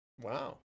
Wow